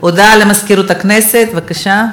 הודעה למזכירות הכנסת, בבקשה.